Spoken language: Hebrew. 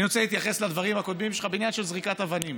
אני רוצה להתייחס לדברים הקודמים שלך בעניין של זריקת אבנים,